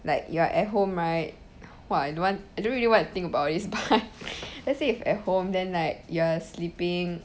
like you are at home right !wah! I don't want I don't really want to think this but let's say if at home then like you're sleeping